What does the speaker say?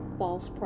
false